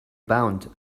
bound